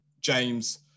James